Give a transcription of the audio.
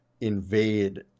invade